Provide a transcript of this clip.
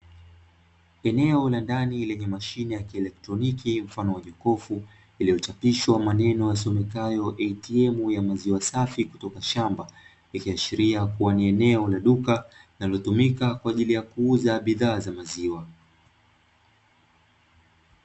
Eneo la ndani lenye mashine ya kielektroniki mfano wa jokofu, iliyochapishwa maneno yasomekayo eitiemu ya maziwa safi kutoka shamba ikiashiria kuwa ni eneo la duka linalotumika kwa ajili ya kuuza bidhaa za maziwa.